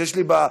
שיש לי בה,